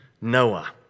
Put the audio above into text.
Noah